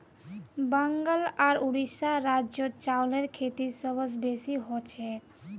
बंगाल आर उड़ीसा राज्यत चावलेर खेती सबस बेसी हछेक